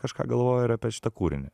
kažką galvojo ir apie šitą kūrinį